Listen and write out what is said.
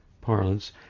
parlance